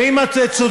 ואם את צודקת,